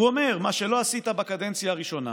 הוא אמר: מה שלא עשית בקדנציה הראשונה